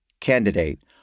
Candidate